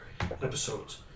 episodes